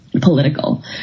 political